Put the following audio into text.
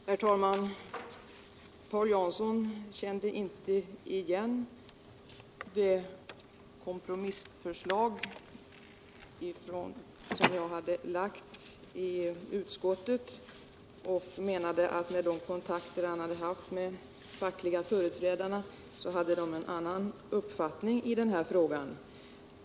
Herr talman! Paul Jansson kände inte igen det kompromissförslag som jag lade fram i utskottet och menade att när han hade kontakter med de fackliga företrädarna hade de en annan uppfattning i frågan.